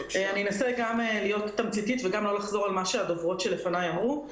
אנסה להיות תמציתית וגם לא לחזור על מה שהדוברות שלפניי אמרו.